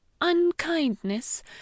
Unkindness